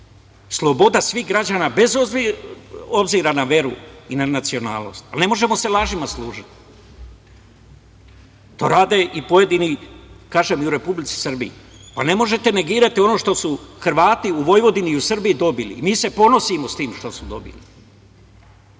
sloboda svih građana, bez obzira na veru i na nacionalnost, ali ne možemo da se služimo lažima. To rade i pojedini u Republici Srbiji. Ne možete negirati ono što su Hrvati u Vojvodini i u Srbiji dobili. Mi se ponosimo sa time što smo dobili,